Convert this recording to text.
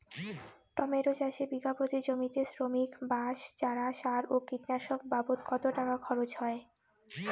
Tomato চাষে বিঘা প্রতি জমিতে শ্রমিক, বাঁশ, চারা, সার ও কীটনাশক বাবদ কত টাকা খরচ হয়?